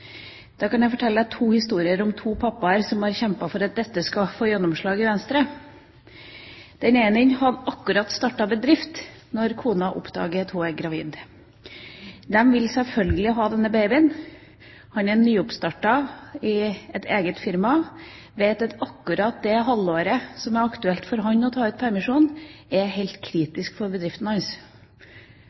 Da kan jeg fortelle to historier om to pappaer som har kjempet for at dette skal få gjennomslag i Venstre. Den ene hadde akkurat startet en bedrift da kona oppdaget at hun var gravid. De ville selvfølgelig ha denne babyen. Mannen har nettopp startet eget firma og vet at akkurat det halvåret som det er aktuelt for ham å ta ut permisjon, er helt kritisk for